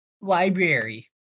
library